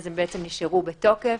הם נשארו בתוקף.